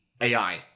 AI